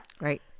Right